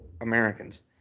Americans